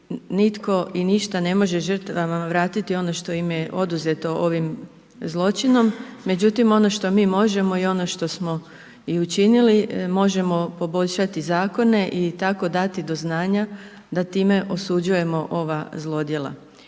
nitko i ništa ne može žrtvama vratiti ono što im je oduzeto ovim zločinom međutim ono što mi možemo i ono što smo i učinili, možemo poboljšati zakone i tako dati do znanja da time osuđujemo ova zlodjela.